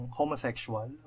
homosexual